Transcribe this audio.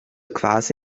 quasi